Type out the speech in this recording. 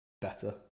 better